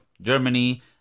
Germany